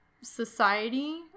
society